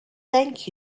thank